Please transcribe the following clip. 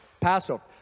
Passover